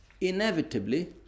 inevitably